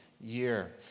year